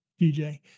DJ